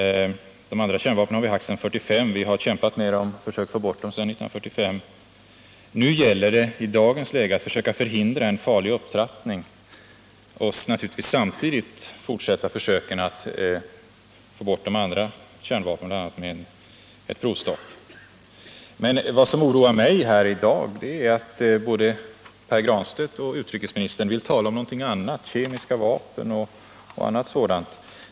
De andra kärnvapnen har vi haft sedan 1945, och vi har kämpat med dem och försökt få bort dem sedan 1945. Nu gäller det, i dagens läge, att försöka förhindra en farlig upptrappning och naturligtvis samtidigt att fortsätta försöken att få bort de andra kärnvapnen, bl.a. med ett provstopp. Vad som oroar mig här i dag är att både Pär Granstedt och utrikesministern vill tala om någonting annat — kemiska vapen och annat sådant.